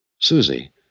Susie